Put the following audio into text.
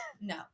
No